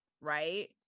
right